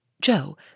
Joe